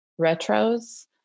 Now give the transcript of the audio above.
retros